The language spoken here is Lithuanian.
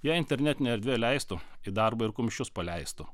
jei internetinė erdvė leistų į darbą ir kumščius paleistų